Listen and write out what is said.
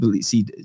see